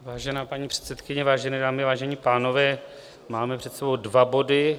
Vážená paní předsedkyně, vážené dámy, vážení pánové, máme před sebou dva body.